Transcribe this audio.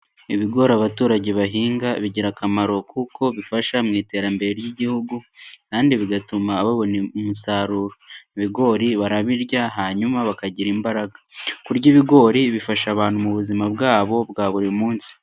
Ibigori abaturage bahinga bigira akamaro kuko bifasha mu iterambere ry'igihugu, kandi bigatuma babona umusaruro. Ibigori barabirya hanyuma bakagira imbaraga. Kurya ibigori bifasha abantu mu buzima bwabo bwa buri munsi.